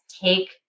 take